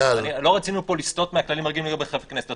לא רצינו פה לסטות מהכללים הרגילים לגבי חברי כנסת,